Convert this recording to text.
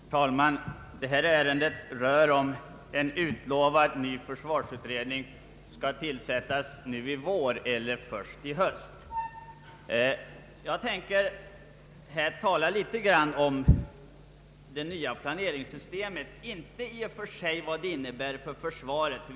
Herr talman! Detta ärende gäller om en utlovad ny försvarsutredning skall tillsättas nu i vår eller först i höst. Jag tänker tala litet om det nya planeringssystemet. Man har lovat att vi skall få en proposition om detta.